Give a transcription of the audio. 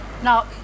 Now